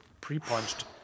pre-punched